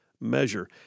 measure